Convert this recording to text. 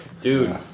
Dude